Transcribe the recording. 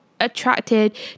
attracted